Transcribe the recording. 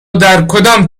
درکدام